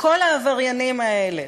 לכל העבריינים האלה